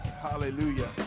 Hallelujah